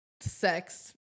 sex